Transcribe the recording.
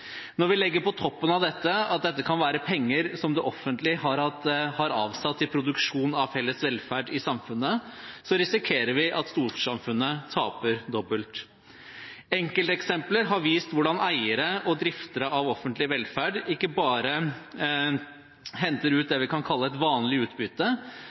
Når vi legger på toppen av dette at dette kan være penger som det offentlige har avsatt til produksjon av felles velferd i samfunnet, risikerer vi at storsamfunnet taper dobbelt. Enkelteksempler har vist hvordan eiere og driftere av offentlig velferd ikke bare henter ut det vi kan kalle et vanlig utbytte,